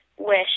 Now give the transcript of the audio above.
Wish